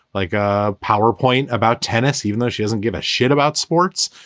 like a powerpoint about tennis, even though she doesn't give a shit about sports.